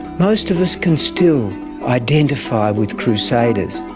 most of us can still identify with crusaders,